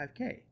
5K